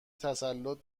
تسلط